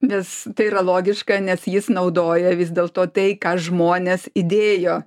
nes tai yra logiška nes jis naudoja vis dėl to tai ką žmonės įdėjo